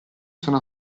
sono